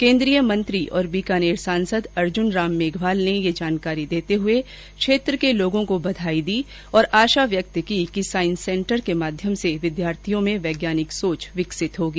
केन्द्रीय मंत्री और बीकानेर सांसद अर्जुन राम मेघवाल ने ये जानकारी देते हुए क्षेत्र के लोगों को बधाई दी और आशा व्यक्त की कि सांइस सेन्टर के माध्यम से विद्यार्थियों में वैज्ञानिक सोच विकसित होगी